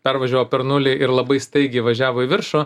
pervažiavo per nulį ir labai staigiai važiavo į viršų